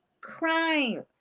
crime